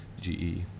GE